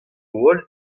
holl